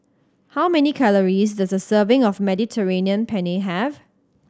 how many calories does a serving of Mediterranean Penne have